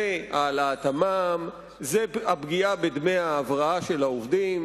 זה העלאת המע"מ, זה הפגיעה בדמי ההבראה של העובדים